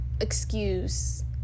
excuse